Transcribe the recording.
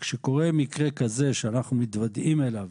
וכשקורה מקרה כזה שאנחנו מתוודעים אליו